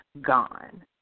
gone